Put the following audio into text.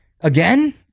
again